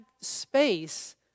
space